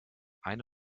eine